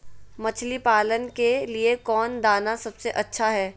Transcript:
मछली पालन के लिए कौन दाना सबसे अच्छा है?